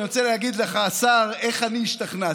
אני רוצה להגיד לך, השר, איך אני השתכנעתי.